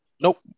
Nope